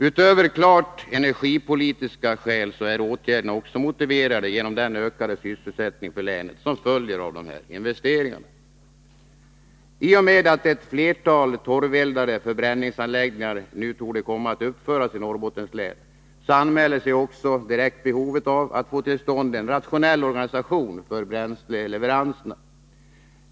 Utöver de klart energipolitiska skälen motiveras åtgärderna också av den ökade sysselsättning för länet som följer av dessa investeringar. I och med att ett flertal torveldade förbränningsanläggningar nu torde komma att uppföras i Norrbottens län anmäler sig direkt behovet av att få till stånd en rationell organisation för bränsleleveranser.